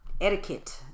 etiquette